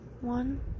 One